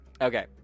Okay